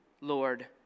Lord